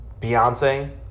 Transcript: Beyonce